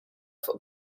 fuq